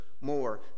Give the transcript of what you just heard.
more